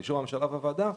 באישור הממשלה והוועדה,